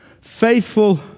faithful